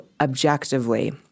objectively—